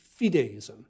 fideism